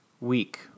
week